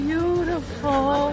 Beautiful